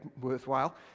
worthwhile